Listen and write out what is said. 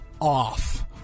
Off